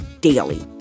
daily